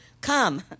Come